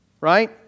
Right